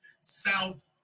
South